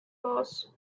loss